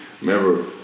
Remember